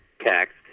text